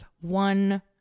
one